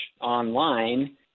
online